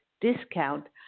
discount